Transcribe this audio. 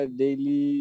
daily